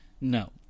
No